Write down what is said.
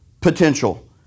potential